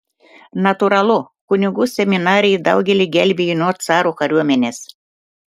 natūralu kunigų seminarija daugelį gelbėjo nuo caro kariuomenės